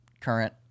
current